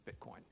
Bitcoin